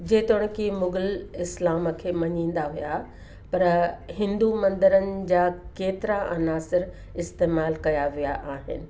जेतोणिक हीउ मुघल इस्लाम खे मञींदा हुआ पर हिंदू मंदरनि जा केतिरा अनासिर इस्तेमालु कयां विया आहिनि